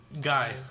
guy